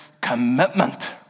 commitment